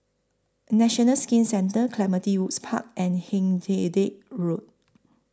National Skin Centre Clementi Woods Park and Hindhede Road